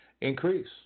increase